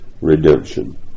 redemption